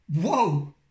whoa